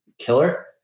killer